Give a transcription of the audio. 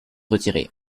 retirée